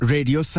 Radio